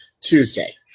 Tuesday